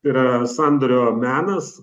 yra sandorio menas